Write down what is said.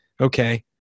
okay